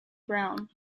brown